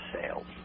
sales